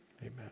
amen